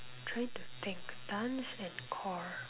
trying to think dance and core